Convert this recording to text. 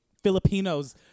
Filipinos